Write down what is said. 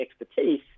expertise